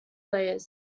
layers